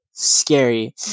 scary